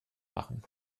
machen